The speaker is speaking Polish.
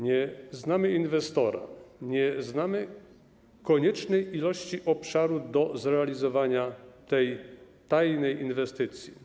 Nie znamy inwestora, nie znamy koniecznej ilości obszaru do zrealizowania tej tajnej inwestycji.